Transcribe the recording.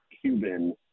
Cuban